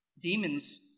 Demons